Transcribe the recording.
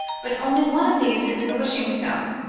but only one of these is the wishing-stone.